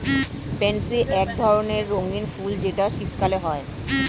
pansy এক ধরণের রঙ্গীন ফুল যেটা শীতকালে হয়